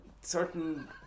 certain